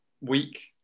week